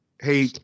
Hey